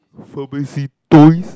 pharmacy toys